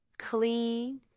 clean